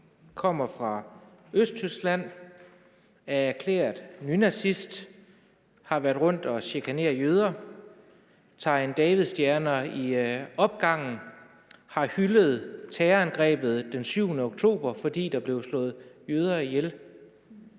kommer fra Østtyskland, er erklæret nynazist, og som har været rundt og chikanere jøder, har tegnet davidsstjerner i opgangene og har hyldet terrorangrebet den 7. oktober, fordi der blev slået jøder ihjel;